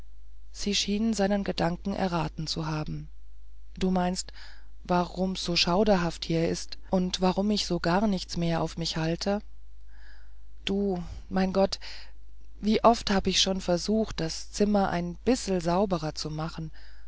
sie schien seinen gedanken erraten zu haben du meinst warum's so schauderhaft hier ist und warum ich so gar nichts mehr auf mich halte du mein gott wie oft hab ich schon versucht das zimmer ein bissel sauberer zu machen